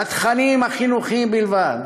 לתכנים החינוכיים בלבד.